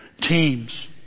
Teams